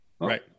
Right